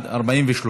סעיפים 1 25 נתקבלו.